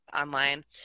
online